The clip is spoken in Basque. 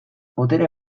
botere